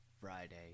Friday